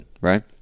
right